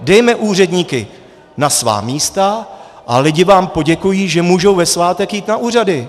Dejme úředníky na svá místa a lidi vám poděkují, že mohou ve svátek jít na úřady.